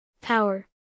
Power